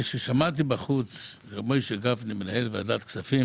כששמעתי בחוץ שהרב משה גפני הוא יושב-ראש ועדת הכספים